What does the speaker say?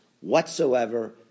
whatsoever